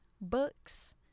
books